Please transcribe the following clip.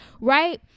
right